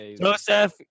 Joseph